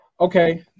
okay